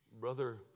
Brother